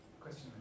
Question